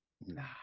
Nah